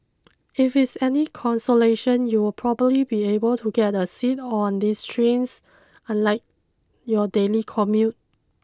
if it's any consolation you'll probably be able to get a seat on these trains unlike your daily commute